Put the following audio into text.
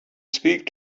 speak